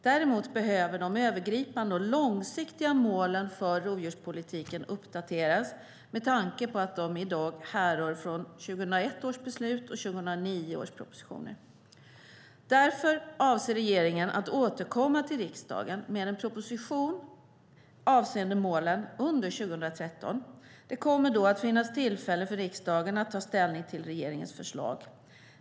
Däremot behöver de övergripande och långsiktiga målen för rovdjurspolitiken uppdateras med tanke på att de i dag härrör från 2001 års beslut och 2009 års propositioner. Därför avser regeringen att återkomma till riksdagen med en proposition avseende målen under 2013. Det kommer då att finnas tillfälle för riksdagen att ta ställning till regeringens förslag.